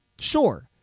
Sure